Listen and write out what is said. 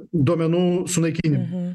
duomenų sunaikinimo